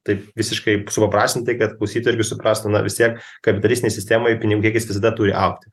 taip visiškai suprastintai kad klausytojai irgi suprastų na vis tiek kapitalistinėj sistemoj pinigų kiekis visada turi augti